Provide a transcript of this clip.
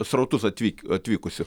srautus atvyk atvykusių